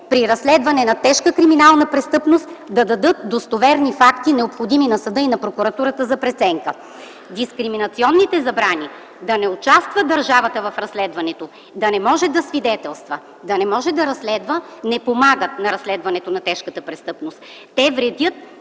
при разследване на тежка криминална престъпност, да дадат достоверни факти, необходими на съда и на прокуратурата за преценка. Дискриминационните забрани да не участва държавата в разследването, да не може да свидетелства, да не може да разследва не помагат на разследването на тежката престъпност. Те вредят.